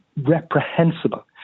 reprehensible